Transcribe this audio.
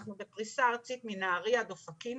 אנחנו בפריסה ארצית מנהריה ועד אופקים.